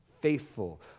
faithful